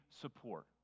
support